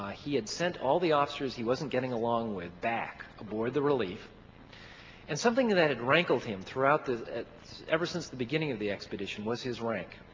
he had sent all the officers he wasn't getting along with back aboard the relief and something that that had rankled him throughout, ever since the beginning of the expedition was his rank.